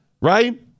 right